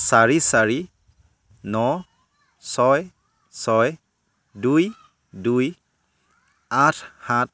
চাৰি চাৰি ন ছয় ছয় দুই দুই আঠ সাত